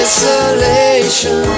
Isolation